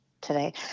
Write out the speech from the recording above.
today